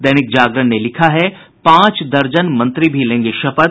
दैनिक जागरण ने लिखा है पांच दर्जन मंत्री भी लेंगे शपथ